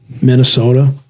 Minnesota